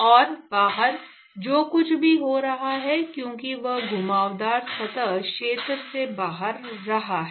और बाहर जो कुछ भी हो रहा है क्योंकि वह घुमावदार सतह क्षेत्र में बह रहा है